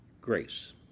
grace